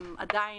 עדיין,